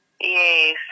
Yes